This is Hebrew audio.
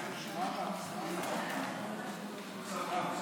שרת התחבורה ביקשה שאשיב בשמה על הצעת החוק,